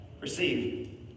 receive